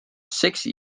seksi